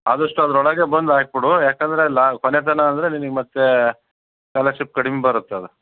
ಆದಷ್ಟು ಅದರೊಳಗೆ ಬಂದು ಹಾಕ್ಬಿಡು ಯಾಕಂದರೆ ಲಾ ಕೊನೆ ದಿನ ಅಂದ್ರೆ ನಿನಗ್ ಮತ್ತೆ ಸ್ಕಾಲರ್ಶಿಪ್ ಕಡಿಮೆ ಬರುತ್ತೆ ಅದು